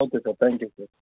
okay sir thank you sir